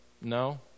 No